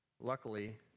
Luckily